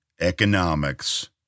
economics